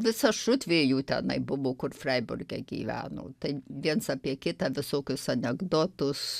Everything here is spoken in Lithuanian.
visa šutvė jų tenai buvo kur fraiburge gyveno tai viens apie kitą visokius anekdotus